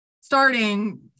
starting